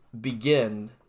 begin